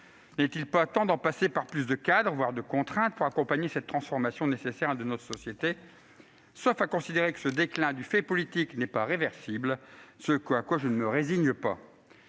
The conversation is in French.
N'est-il pas temps d'en passer par plus d'encadrement, voire de contraintes, pour accompagner cette transformation nécessaire de notre société ? Sauf à considérer que ce déclin du fait politique n'est pas réversible, ce à quoi je ne me résigne pas !